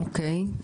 אוקי.